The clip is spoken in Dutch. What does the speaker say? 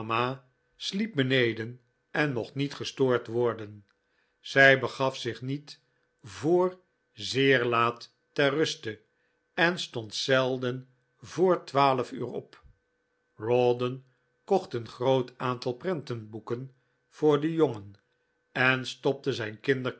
sliep beneden en mocht niet gestoord worden zij begaf zich niet voor zeer laat ter ruste en stond zelden vr twaalf uur op rawdon kocht een groot aantal prentenboeken voor den jongen en stopte zijn